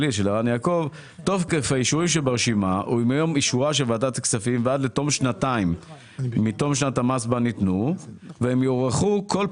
פרח 580550028 אוהל בנימין - באר שבע 580674802 תמיכה קטנה תקווה גדולה